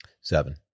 Seven